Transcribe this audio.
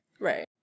Right